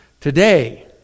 Today